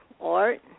art